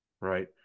right